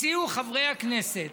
הציעו חברי הכנסת